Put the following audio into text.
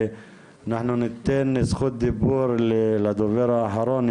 ואנחנו ניתן זכות דיבור לדובר האחרון,